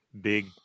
big